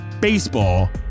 baseball